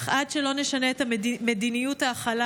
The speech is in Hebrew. אך עד שלא נשנה את מדיניות ההכלה,